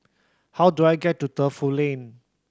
how do I get to Defu Lane